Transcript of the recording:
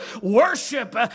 Worship